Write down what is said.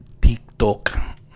TikTok